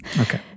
okay